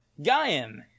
Gaim